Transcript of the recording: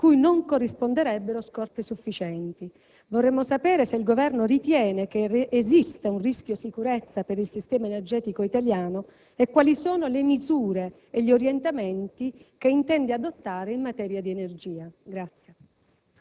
cui non corrisponderebbero scorte sufficienti. Vorremmo sapere se il Governo ritiene che esista un rischio sicurezza per il sistema energetico italiano e quali sono le misure e gli orientamenti che intende adottare in materia di energia.